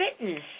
fitness